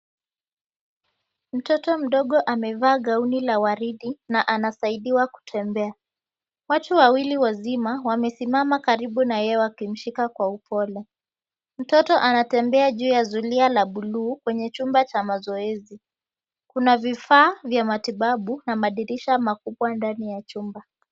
Mtoto mdogo amevaa gauni la waridi na anasaidiwa kutembea. Watu wawili wazima wamesimama karibu na yeye wakimshika kwa upole. Mtoto anatembea kwenye zulia la buluu kwenye chumba cha mazoezi. Kuna vifaa vya matibabu na madirisha makubwa ndani ya chumba.